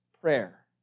prayer